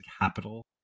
capital